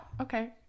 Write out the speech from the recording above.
okay